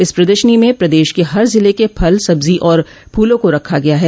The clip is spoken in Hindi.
इस प्रदर्शनी में प्रदेश के हर जिले के फल सब्जी और फूलों को रखा गया है